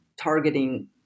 targeting